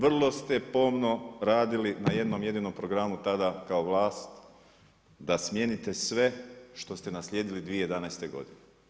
Vrlo ste pomno radili na jednom jedinom programu tada kao vlast, da smijenite sve što ste naslijedili 2011. godine.